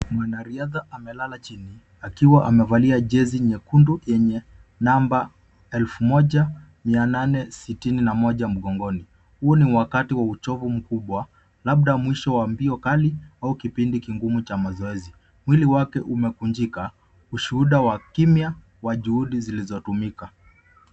Mwanariadha amelala chini akiwa amevalia jezi nyekundu yenye namba elfu moja mia nane sitini na moja mgongoni. Huu ni wakati wa uchovu mkubwa labda mwisho wa mbio kali au kipindi kigumu cha mazoezi. Mwili wake umekunjika ushuhuda wa kimya wa juhudi zilizotumika.